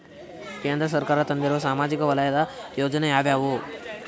ಕೇಂದ್ರ ಸರ್ಕಾರ ತಂದಿರುವ ಸಾಮಾಜಿಕ ವಲಯದ ಯೋಜನೆ ಯಾವ್ಯಾವು?